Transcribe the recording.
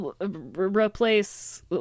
replace